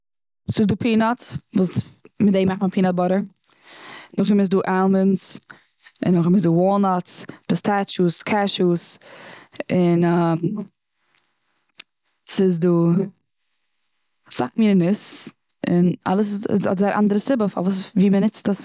ס'איז דא פינאטס, וואס מיט דעם מאכט מען פינאט באדער. נאכדעם איז דא עלמאנדס, און נאכדעם איז דא וואלנאטס, פיסטעטשאוס, קעשוס, און ס'איז דא אסאך מיני ניס און אלעס האט זייער אנדערער סיבה פארוואס ווי מ'ניצט עס.